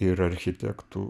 ir architektų